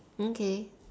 okay